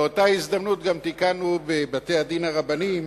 באותה הזדמנות גם תיקנו בבתי-הדין הרבניים,